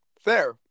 Fair